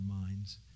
minds